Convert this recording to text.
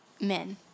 Men